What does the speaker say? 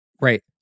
Right